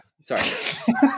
sorry